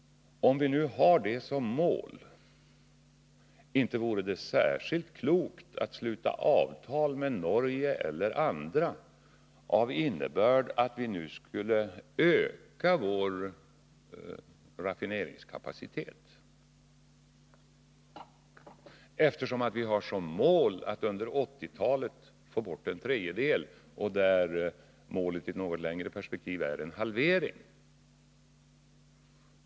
Om vi har detta som mål, vore det väl inte särskilt klokt att sluta avtal med Norge eller andra med den innebörden att vi nu skulle öka vår raffineringskapacitet? Vi har ju som mål att under 1980-talet få bort en tredjedel av oljeförbrukningen. Och målet i ett något längre perspektiv är en halvering.